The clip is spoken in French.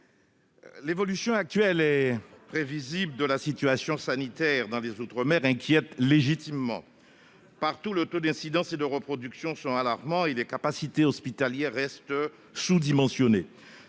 L'évolution actuelle et prévisible de la situation sanitaire dans les outre-mer inquiète légitimement. Partout, les taux d'incidence et de reproduction sont alarmants, et les capacités hospitalières restent sous-dimensionnées.